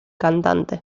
cantante